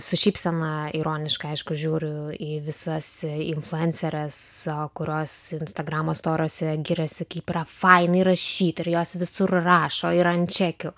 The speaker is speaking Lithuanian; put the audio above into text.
su šypsena ironiškai aišku žiūriu į visas influenceres kurios instagramo storuose giriasi kaip yra fainai rašyti ir jos visur rašo ir ant čekių